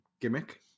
gimmick